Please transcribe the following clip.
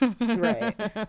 Right